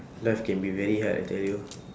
life can be very hard I tell you